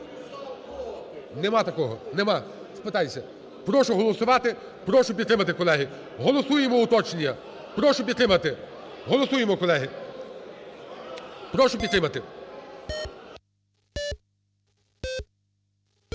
Нема такого, нема, спитайся. Прошу голосувати, прошу підтримати, колеги. Голосуємо уточнення, прошу підтримати, голосуємо, колеги, прошу підтримати.